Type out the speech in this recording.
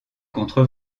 contre